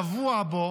טבוע בו,